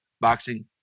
boxing